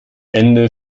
ende